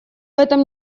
этом